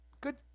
Good